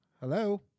hello